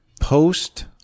post